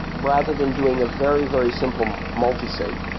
rather than doing a very, very simple multisig,